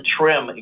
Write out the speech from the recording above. trim